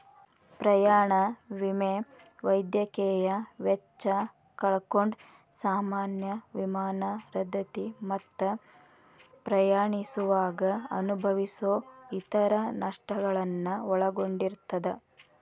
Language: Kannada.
ಪ್ರಯಾಣ ವಿಮೆ ವೈದ್ಯಕೇಯ ವೆಚ್ಚ ಕಳ್ಕೊಂಡ್ ಸಾಮಾನ್ಯ ವಿಮಾನ ರದ್ದತಿ ಮತ್ತ ಪ್ರಯಾಣಿಸುವಾಗ ಅನುಭವಿಸೊ ಇತರ ನಷ್ಟಗಳನ್ನ ಒಳಗೊಂಡಿರ್ತದ